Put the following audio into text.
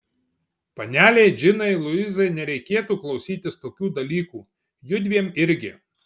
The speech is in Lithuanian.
panelei džinai luizai nereikėtų klausytis tokių dalykų judviem irgi